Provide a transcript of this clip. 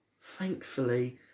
thankfully